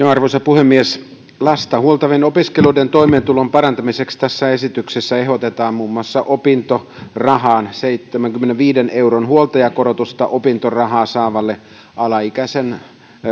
arvoisa puhemies lasta huoltavien opiskelijoiden toimeentulon parantamiseksi tässä esityksessä ehdotetaan muun muassa opintorahan seitsemänkymmenenviiden euron huoltajakorotusta opintorahaa saavalle alaikäisen